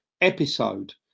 episode